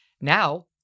now